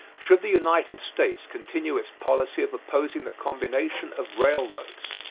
should the united states continue its policy of opposing the combination of railroads?